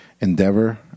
endeavor